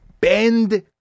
bend